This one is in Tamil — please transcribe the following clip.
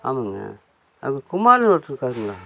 ஆமாங்க அங்கே குமார்னு ஒருத்தவர் இருக்காருங்களா